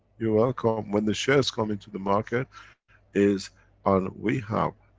you're welcome. when the shares come into the market is on, we have,